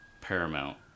paramount